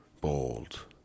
bold